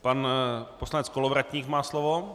Pan poslanec Kolovratník má slovo.